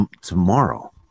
tomorrow